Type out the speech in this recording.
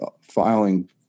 filing